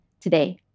today